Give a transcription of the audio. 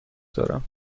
دارم